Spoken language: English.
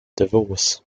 divorce